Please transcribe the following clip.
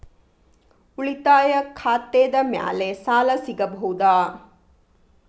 ಉಳಿತಾಯ ಖಾತೆದ ಮ್ಯಾಲೆ ಸಾಲ ಸಿಗಬಹುದಾ?